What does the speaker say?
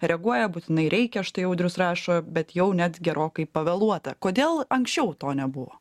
reaguoja būtinai reikia štai audrius rašo bet jau net gerokai pavėluota kodėl anksčiau to nebuvo